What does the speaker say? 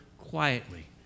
quietly